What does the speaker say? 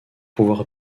pouvoir